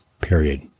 period